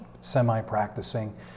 semi-practicing